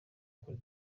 kuri